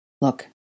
Look